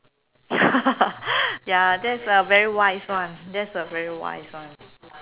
ya that's a very wise one that's a very wise one